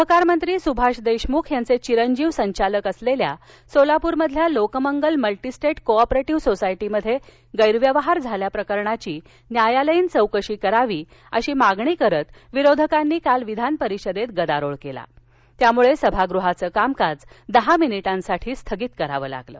सहकार मंत्री सुभाष देशमुख यांचे चिरंजीव संचालक असलेल्या सोलापूरमधल्या लोकमंगल मल्टिस्टेट को ऑपरेटिव्ह सोसायटीमध्ये गैरव्यवहार झाल्याप्रकरणाची न्यायालयीन चौकशी करावी अशी मागणी करत विरोधकांनी काल विधानपरिषदेत गदारोळ केला यामुळे सभागृहाचं कामकाज दहा मिनिटांसाठी स्थगित करावं लागलं